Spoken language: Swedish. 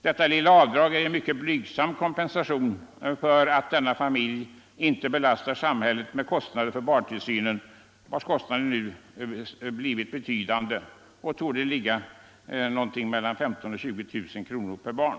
Detta lilla avdrag är en mycket blygsam kompensation för att familjen inte belastar samhället med barntillsyn, för vilken kostnaderna nu har blivit betydande och torde ligga mellan 15 000-20 000 kronor per barn.